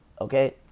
Okay